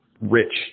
rich